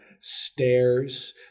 stairs